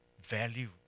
value